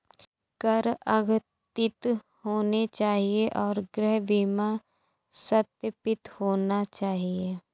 कर अद्यतित होने चाहिए और गृह बीमा सत्यापित होना चाहिए